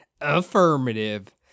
Affirmative